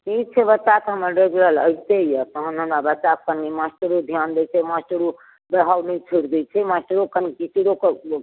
ठीक छै बच्चा तऽ हमर रेगुलर अबिते अइ तहन हमर बच्चाके कनि मास्टरो धिआन दे छै मास्टरो पढ़ाएब नहि छोड़ि दै छै मास्टरो कनि टीचरोके उपयोग